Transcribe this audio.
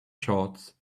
shorts